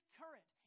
current